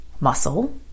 muscle